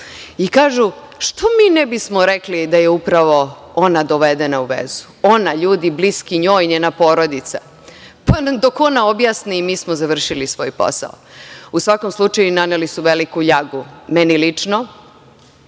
i kažu – što mi ne bismo rekli da je upravo ona dovedena u vezu, ona, ljudi bliski njoj, njena porodica, pa dok ona objasni, mi smo završili svoj posao.U svakom slučaju naneli su veliku ljagu meni lično,